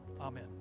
amen